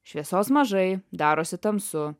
šviesos mažai darosi tamsu